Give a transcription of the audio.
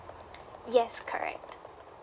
yes correct